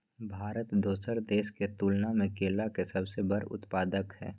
भारत दोसर देश के तुलना में केला के सबसे बड़ उत्पादक हय